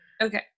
Okay